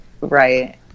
Right